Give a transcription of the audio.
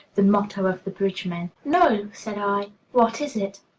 the motto of the bridge-men. no, said i what is it?